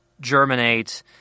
germinate